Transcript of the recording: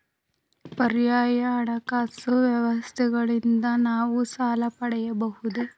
ಪರ್ಯಾಯ ಹಣಕಾಸು ಸಂಸ್ಥೆಗಳಿಂದ ನಾವು ಸಾಲ ಪಡೆಯಬಹುದೇ?